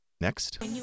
next